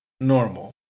normal